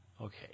okay